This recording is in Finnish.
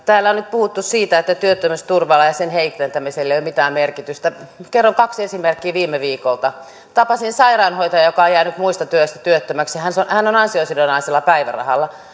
täällä on nyt puhuttu siitä että työttömyysturvalla ja sen heikentämisellä ei ole mitään merkitystä kerron kaksi esimerkkiä viime viikolta tapasin sairaanhoitajan joka on jäänyt muusta työstä työttömäksi hän on ansiosidonnaisella päivärahalla